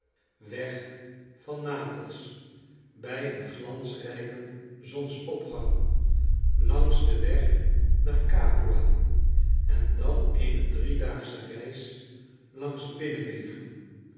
weg van n a p e s bij een glansrijken zonsopgang langs den weg naar capua en dan eene driedaagsche reis langs binnenwegen